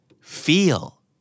Feel